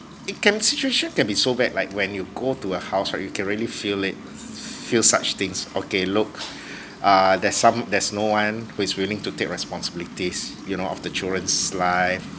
it can situation can be so bad like when you go to a house right you can really feel it feel such things okay look err there's some there's no one who is willing to take responsibilities you know of the children's life